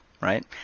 right